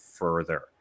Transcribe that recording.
further